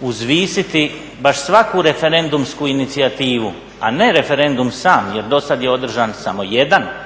uzvisiti baš svaku referendumsku inicijativu, a ne referendum sam jer dosad je održan samo jedan